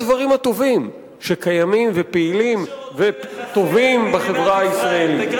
הדברים הטובים שקיימים ופעילים וטובים בחברה הישראלית.